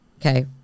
okay